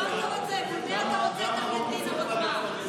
מול מי אתה רוצה את ארגנטינה בגמר,